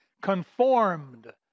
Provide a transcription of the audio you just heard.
conformed